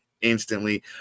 instantly